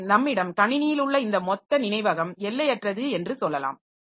எனவே நம்மிடம் கணினியில் உள்ள இந்த மொத்த நினைவகம் எல்லையற்றது என்று சொல்லலாம்